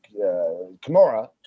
kimura